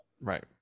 right